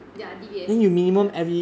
ya D_B_S yes